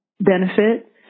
benefit